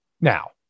now